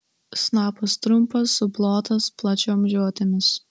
snapas trumpas suplotas plačiom žiotimis